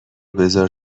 بزار